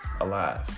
alive